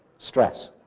stress.